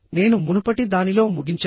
నేను మునుపటి దానిలో ముగించాను